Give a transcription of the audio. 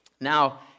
Now